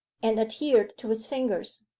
and adhered to his fingers.